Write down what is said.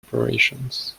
operations